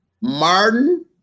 Martin